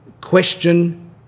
question